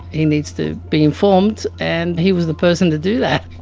he needs to be informed, and he was the person to do that.